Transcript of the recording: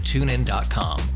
TuneIn.com